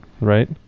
right